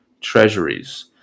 treasuries